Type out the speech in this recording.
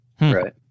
right